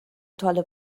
tolle